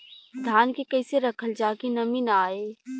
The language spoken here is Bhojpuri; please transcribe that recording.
धान के कइसे रखल जाकि नमी न आए?